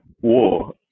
war